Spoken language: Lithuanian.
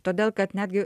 todėl kad netgi